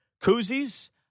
koozies